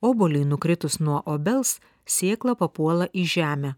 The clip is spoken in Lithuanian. obuoliui nukritus nuo obels sėkla papuola į žemę